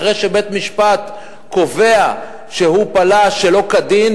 אחרי שבית-משפט קובע שהוא פלש שלא כדין,